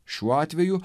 šiuo atveju